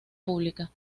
pública